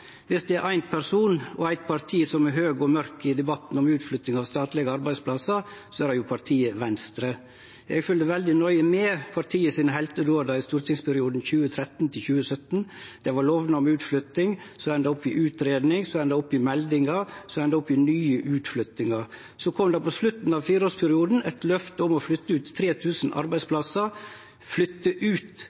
Viss det er eitt parti – og éin person – som er høg og mørk i debatten om utflytting av statlege arbeidsplassar, er det partiet Venstre. Eg følgde veldig nøye med på heltedådane til partiet i stortingsperioden 2013–2017. Det var lovnader om utflytting som enda opp i utgreiing, som enda opp i meldingar, som enda opp i nye utgreiingar. Så kom det på slutten av fireårsperioden eit løfte om å flytte ut 3 000 arbeidsplassar – flytte ut